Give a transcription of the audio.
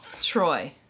Troy